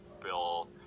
Bill